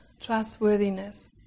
trustworthiness